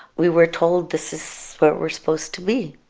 we were told this is where we're supposed to be.